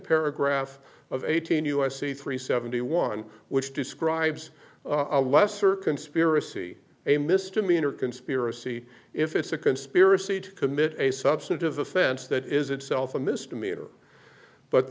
paragraph of eighteen u s c three seventy one which describes a lesser conspiracy a misdemeanor conspiracy if it's a conspiracy to commit a substantive offense that is itself a misdemeanor but